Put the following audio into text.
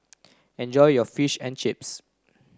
enjoy your Fish and Chips